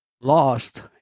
lost